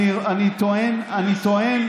אני טוען, אני טוען,